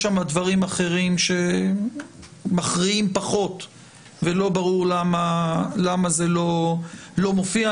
יש שם דברים אחרים שמכריעים פחות ולא ברור למה זה לא מופיע.